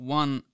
one